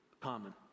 common